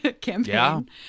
campaign